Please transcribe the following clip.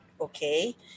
okay